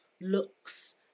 looks